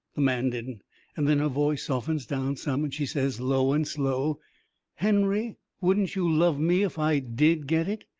the man didn't and then her voice softens down some, and she says, low and slow henry, wouldn't you love me if i did get it?